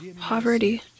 poverty